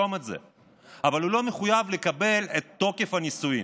אבל הוא לא מחויב לקבל את תוקף הנישואים.